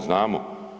Znamo.